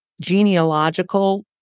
Genealogical